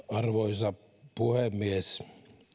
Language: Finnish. arvoisa puhemies